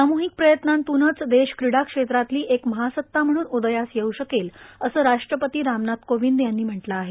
साम्हिक प्रयत्नांतूनच देश क्रीडा क्षेत्रातली एक महासत्ता म्हणून उदयास येऊ शकेल असं राष्ट्रपती रामनाथ कोविंद यांनी म्हटलं आहे